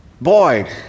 Boy